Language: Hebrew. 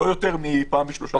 מפעם בשלושה ימים.